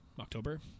October